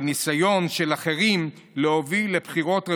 ניסיון של אחרים להוביל לבחירות רביעיות,